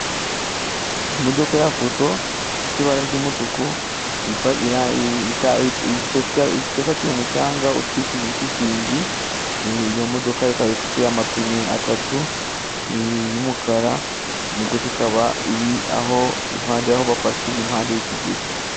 Imodoka ya fuso ifite ibara ry'umutuku, ipakiye umucanga utwikirije shitingi iyo modoka ikaba ifite amapine atatu y'umukara, imodoka ikaba iri aho bapakirira impande y'ikigezi .